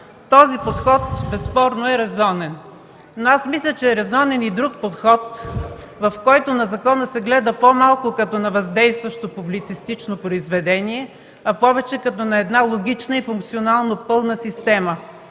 Този подход безспорно е резонен, но аз мисля, че е резонен и друг подход, в който на закона се гледа по-малко като на въздействащо публицистично произведение, а повече – като на една логична и функционално пълна система.